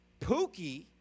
Pookie